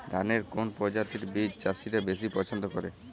ধানের কোন প্রজাতির বীজ চাষীরা বেশি পচ্ছন্দ করে?